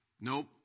Nope